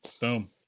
boom